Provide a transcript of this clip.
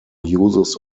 uses